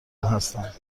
هستند